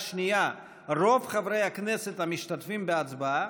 השנייה רוב חברי הכנסת המשתתפים בהצבעה,